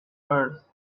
earth